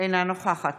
אינה נוכחת